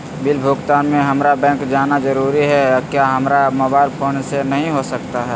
Bill भुगतान में हम्मारा बैंक जाना जरूर है क्या हमारा मोबाइल फोन से नहीं हो सकता है?